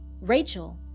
Rachel